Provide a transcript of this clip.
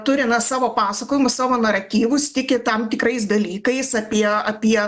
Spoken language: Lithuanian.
turi na savo pasakojimus savo naratyvus tiki tam tikrais dalykais apie apie